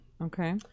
okay